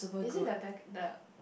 is it the pack the